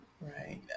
right